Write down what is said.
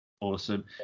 Awesome